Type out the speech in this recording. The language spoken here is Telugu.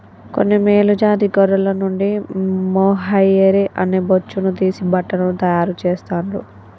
కొన్ని మేలు జాతి గొర్రెల నుండి మొహైయిర్ అనే బొచ్చును తీసి బట్టలను తాయారు చెస్తాండ్లు